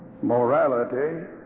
Morality